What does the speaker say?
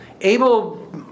Abel